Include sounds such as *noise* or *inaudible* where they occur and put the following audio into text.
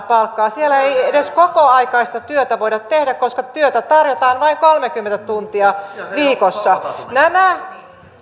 *unintelligible* palkkaa siellä ei ei kokoaikaista työtä voida edes tehdä koska työtä tarjotaan noin kolmekymmentä tuntia viikossa nämä